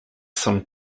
some